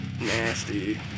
nasty